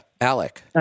Alec